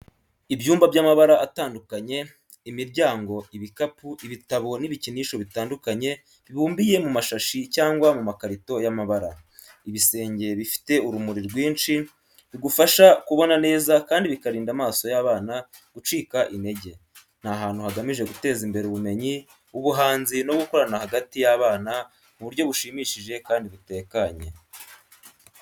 Ibyumba by’amabara atandukanye, imiryango, ibikapu, ibitabo n’ibikinisho bitandukanye bibumbiye mu mashashi cyangwa mu makarito y’amabara. Ibisenge bifite urumuri rwinshi, bigufasha kubona neza kandi bikarinda amaso y’abana gucika intege. Ni ahantu hagamije guteza imbere ubumenyi, ubuhanzi, no gukorana hagati y’abana mu buryo bushimishije kandi butekanye.